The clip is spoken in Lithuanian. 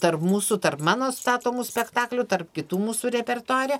tarp mūsų tarp mano statomų spektaklių tarp kitų mūsų repertuare